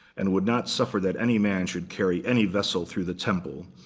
and would not suffer that any man should carry any vessel through the temple.